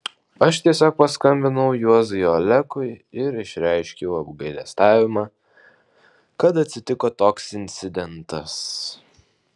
aš tiesiog paskambinau juozui olekui ir išreiškiau apgailestavimą kad atsitiko toks incidentas